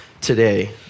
today